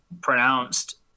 pronounced